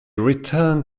returned